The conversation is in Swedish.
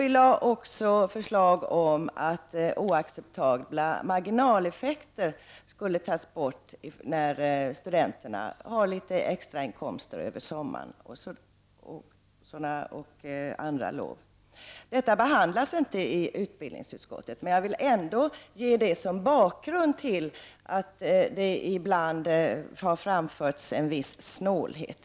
Vi lade förslag om att oacceptabla marginaleffekter skulle tas bort när studenterna får litet extrainkomster över sommaren och andra lov. Dessa förslag har inte behandlats i utbildningsutskottet. Men jag vill ändå ge detta som bakgrund till att det ibland har visats en viss snålhet.